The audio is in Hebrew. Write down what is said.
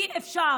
אי-אפשר